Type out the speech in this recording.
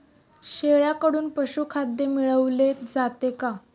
शेळ्यांकडून पशुखाद्य मिळवले जाते का?